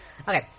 Okay